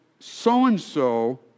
so-and-so